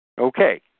Okay